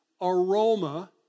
aroma